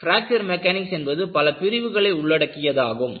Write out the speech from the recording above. fracture mechanics என்பது பல பிரிவுகளை உள்ளடக்கியதாகும்